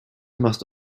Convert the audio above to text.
must